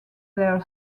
their